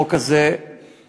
החוק הזה עבר,